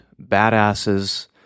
badasses